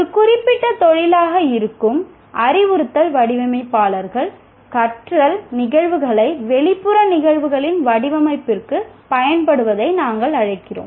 ஒரு குறிப்பிட்ட தொழிலாக இருக்கும் அறிவுறுத்தல் வடிவமைப்பாளர்கள் கற்றல் நிகழ்வுகளை வெளிப்புற நிகழ்வுகளின் வடிவமைப்பிற்குப் பயன்படுத்துவதை நாங்கள் அழைக்கிறோம்